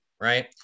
right